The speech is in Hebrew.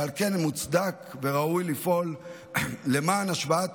ועל כן מוצדק וראוי לפעול למען השוואת